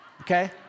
okay